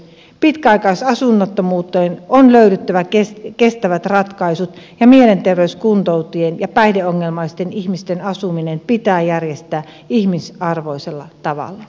pitkäaikais asunnottomuuteen on löydyttävä kestävät ratkaisut ja mielenterveyskuntoutujien ja päihdeongelmaisten ihmisten asuminen pitää järjestää ihmisarvoisella tavalla